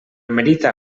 merita